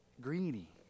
Greedy